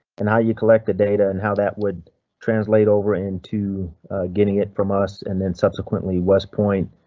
and how you collect the data and how that would translate over into getting it from us and then subsequently west point,